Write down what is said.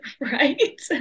right